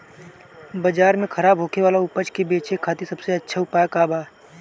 बाजार में खराब होखे वाला उपज के बेचे खातिर सबसे अच्छा उपाय का बा?